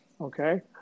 Okay